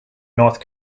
north